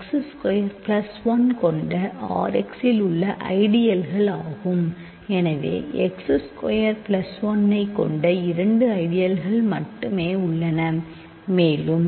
X square plus 1 கொண்ட R x இல் உள்ள ஐடியல்கள் ஆகும் எனவே X ஸ்கொயர் பிளஸ் 1 ஐக் கொண்ட இரண்டு ஐடியல்கள் மட்டுமே உள்ளன மேலும்